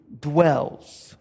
dwells